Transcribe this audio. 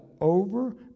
over